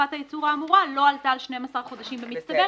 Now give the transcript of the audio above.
תקופת הייצור האמורה לא עלתה על 12 חודשים במצטבר".